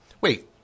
Wait